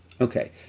Okay